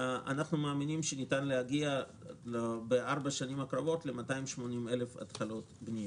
אנחנו מאמינים שניתן להגיע בארבע השנים הקרובות ל-280,000 התחלות בנייה.